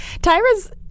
tyra's